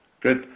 Good